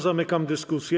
Zamykam dyskusję.